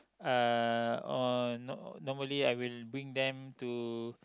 uh on normally I will bring them to